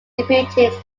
deputies